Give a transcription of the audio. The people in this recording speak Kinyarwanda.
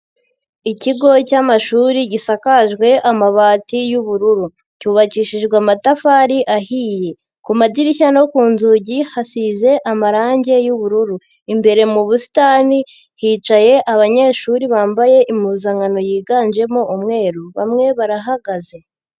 Ikigo cyamashuri gisakajwe amabati y'ubururu. Cyubakishijwe amatafari ahiye, ku madirishya no ku nzugi hasize amarange y'ubururu. Imbere mu busitani hicaye abanyeshuri bambaye impuzankano yiganjemo umweru. Bamwe barahagaze.